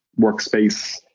workspace